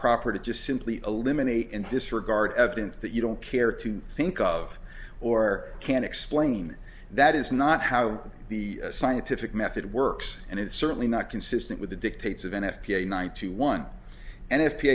proper to just simply eliminate and disregard evidence that you don't care to think of or can explain that is not how the scientific method works and it's certainly not consistent with the dictates of n f p a ninety one and if